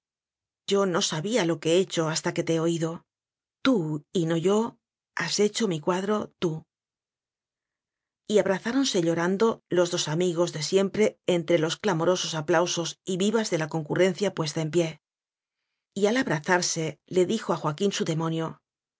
yo no sabía lo que he hecho hasta que te he oído tú y no yo has hecho mi cuadro tú y abrazáronse llorando los dos amigos de siempre entre los clamorosos aplausos y vi vas de la concurrencia puesta en pie y al abrazarse le dijo a joaquín su demonio